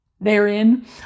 Therein